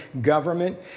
government